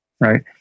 right